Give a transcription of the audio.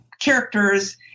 characters